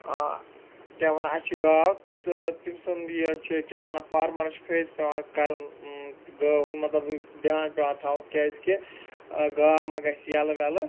آ کیٛاہ وَنان اسہِ چھِ گاو تہٕ تٔمۍ سُنٛد یہِ چھِ کیٛاہ وَنان فارمَرَس چھِ فیس پیٚوان کَرُن گٲو ہُنٛد مطلب دھیان پیٚوان تھاوُن کیٛازِکہِ ٲں گاو ما گژھہِ یَلہٕ ویٚلہٕ